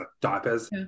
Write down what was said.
diapers